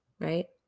right